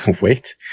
wait